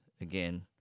again